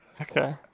Okay